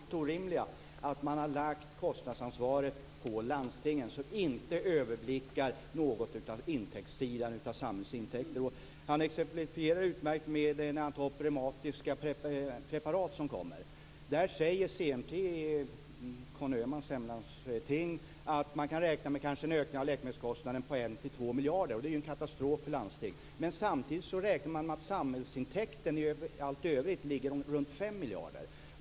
Fru talman! Conny Öhman tar upp många saker som belyser det orimliga, att man har lagt kostnadsansvaret på landstingen som inte överblickar intäktssidan. Han exemplifierar utmärkt när han tar upp preparat mot reumatiska sjukdomar. Conny Öhmans hemlandsting säger att man kanske kan räkna med en ökning med 1-2 miljarder av läkemedelskostnaderna. Det är en katastrof för ett landsting. Samtidigt räknar man med att samhällsintäkten i allt övrigt ligger på 5 miljarder.